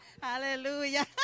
Hallelujah